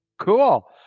cool